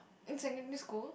in secondary school